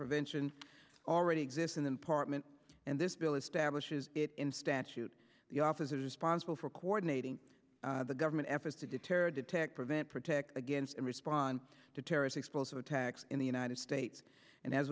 prevention already exists in the department and this bill establishes in statute the officers sponsible for coordinating the government efforts to deter detect prevent protect against respond to terrorist explosive attacks in the united states and as